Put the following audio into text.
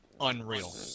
unreal